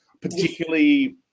particularly